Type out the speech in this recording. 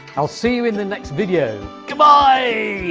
i'll see you in the next video. goodbye.